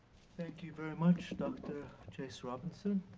thank you very much, dr. chase robinson.